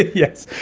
yes,